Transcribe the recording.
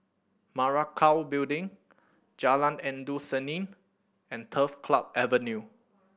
Parakou Building Jalan Endut Senin and Turf Club Avenue